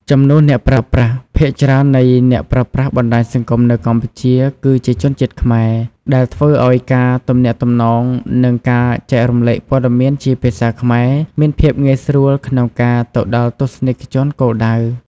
ចំនួនអ្នកប្រើប្រាស់ ភាគច្រើននៃអ្នកប្រើប្រាស់បណ្ដាញសង្គមនៅកម្ពុជា គឺជាជនជាតិខ្មែរ ដែលធ្វើឲ្យការទំនាក់ទំនង និងការចែករំលែកព័ត៌មានជាភាសាខ្មែរមានភាពងាយស្រួលក្នុងការទៅដល់ទស្សនិកជនគោលដៅ។